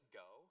go